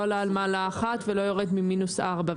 עולה על מעלה אחת ולא יורדת ממינוס ארבע,